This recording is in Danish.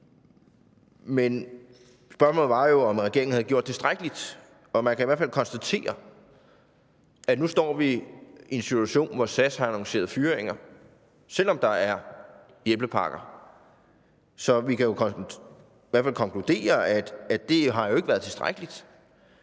Men spørgsmålet var jo, om regeringen havde gjort tilstrækkeligt, og man kan i hvert fald konstatere, at nu står vi i en situation, hvor SAS har annonceret fyringer, selv om der er hjælpepakker. Så vi kan i hvert fald konkludere, at det jo ikke har været tilstrækkeligt.